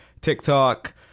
TikTok